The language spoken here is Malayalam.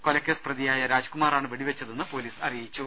കൊലക്കേസ് പ്രതിയായ രാജ്കുമാറാണ് വെടിവെച്ചതെന്ന് പൊലീസ് അറിയിച്ചു